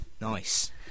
Nice